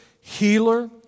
healer